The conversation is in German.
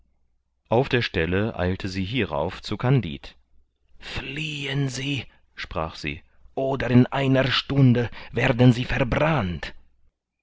auf der stelle eilte sie hierauf zu kandid fliehen sie sprach sie oder in einer stunde werden sie verbrannt